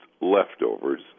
leftovers